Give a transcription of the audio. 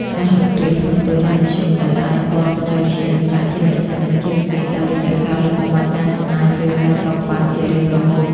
សហគ្រាសធុនតូច និងមធ្យម ដែលដើរទាន់បច្ចេកវិទ្យា នឹងក្លាយជាអ្នកចំណេញជាងគេ តាមរយៈការលុបបំបាត់ការចំណាយលើ ការសូកប៉ាន់ ជារៀងរហូត។